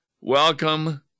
Welcome